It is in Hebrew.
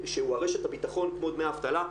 שהוא הרשת הביטחון כמו דמי אבטלה,